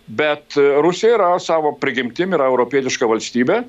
bet rusija yra savo prigimtim yra europietiška valstybė